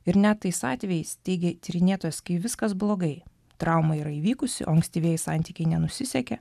ir net tais atvejais teigia tyrinėtojas kai viskas blogai trauma yra įvykusi o ankstyvieji santykiai nenusisekė